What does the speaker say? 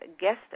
guest